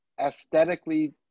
aesthetically